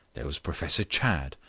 there was professor chadd,